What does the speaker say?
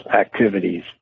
activities